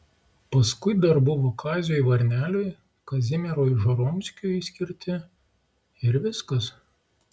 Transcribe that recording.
paskui dar buvo kaziui varneliui kazimierui žoromskiui skirti ir viskas